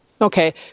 Okay